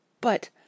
But